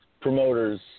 Promoters